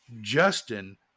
Justin